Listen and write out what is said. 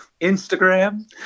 instagram